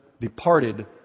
departed